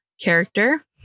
character